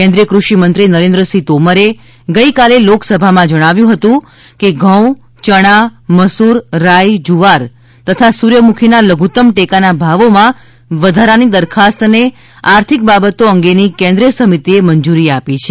કેન્દ્રીય ફષિમંત્રી નરેન્દ્રસિંહ તોમરે ગઈકાલે લોકસભામાં જણાવ્યું હતું કે ઘઉં ચણા મસૂર રાઈ જુવાર તથા સૂર્યમુખીના લધુત્તમ ટેકાના ભાવોમાં વધારાની દરખાસ્તને આર્થિક બાબતો અંગેની કેન્દ્રીય સમિતિએ મંજુરી આપી છે